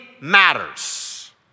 matters